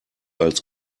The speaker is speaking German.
als